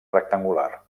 rectangular